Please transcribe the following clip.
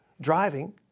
driving